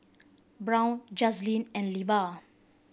Brown Jazlene and Levar